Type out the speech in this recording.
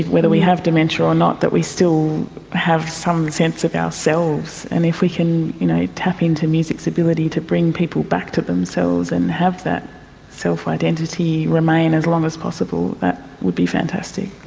whether we have dementia or not, that we still have some sense of ourselves. and if we can you know tap into music's ability to bring people back to themselves and have that self-identity remain as long as possible, that would be fantastic.